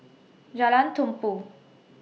Jalan Tumpu